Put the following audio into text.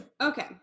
Okay